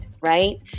right